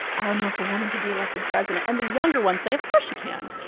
i don't know if a woman could be elected president. and the younger ones say, of course she can,